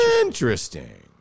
Interesting